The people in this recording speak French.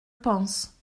pense